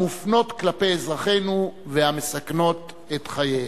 המופנות כלפי אזרחינו והמסכנות את חייהם.